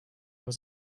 was